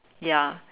ya